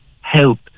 help